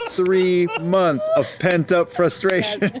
three months of pent-up frustration.